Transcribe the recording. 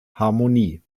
harmonie